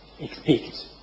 expect